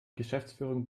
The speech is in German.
geschäftsführung